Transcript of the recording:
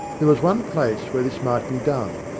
there was one place where this might be done,